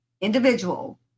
individual